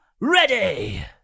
ready